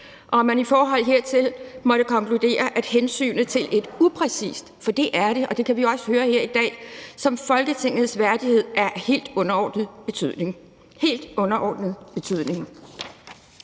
og om man i forhold hertil måtte konkludere, at hensynet til noget upræcist, for det er det – og det kan vi også høre her i dag – som Folketingets værdighed er af helt underordnet betydning. Jeg sad her også ved